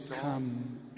come